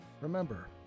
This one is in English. Remember